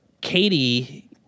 Katie